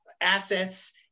assets